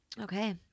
Okay